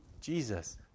jesus